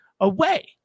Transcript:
away